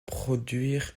produire